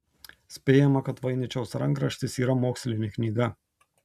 spėjama kad voiničiaus rankraštis yra mokslinė knyga